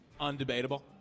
undebatable